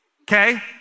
Okay